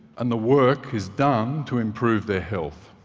and the work is done to improve their health.